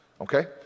okay